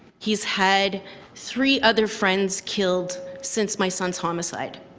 he's had three other friends killed since my son's homicide.